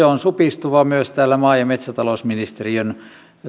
on supistuva myös täällä maa ja metsätalousministeriön